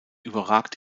überragt